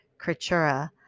creatura